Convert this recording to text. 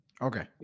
Okay